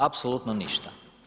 Apsolutno ništa.